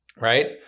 right